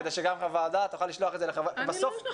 כדי שגם הוועדה תוכל לשלוח את זה לחברי הכנסת.